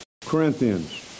Corinthians